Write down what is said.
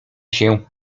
się